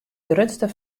grutste